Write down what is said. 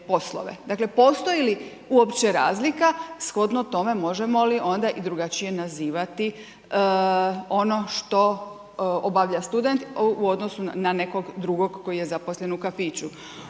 Dakle postoji li uopće razlika, shodno tome možemo li li onda i drugačije nazivati ono što obavlja student u odnosu na nekog drugog koji je zaposlen u kafiću.